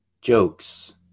jokes